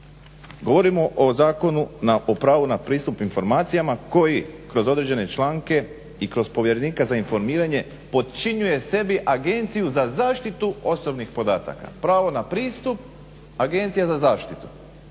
govorimo o Zakonu o pravu na pristup informacijama koji kroz određene članke i kroz povjerenika za informiranje potčinjuje sebi Agenciju za zaštitu osobnih podataka, pravo na pristup – Agencija za zaštitu.